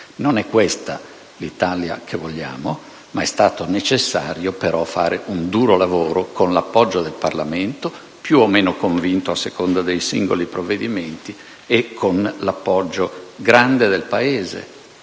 Non è questa l'Italia che vogliamo, ma è stato necessario fare un duro lavoro, con l'appoggio del Parlamento più o meno convinto, a seconda dei singoli provvedimenti, e con l'appoggio grande del Paese,